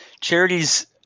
charities